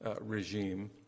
regime